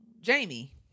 jamie